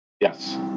Yes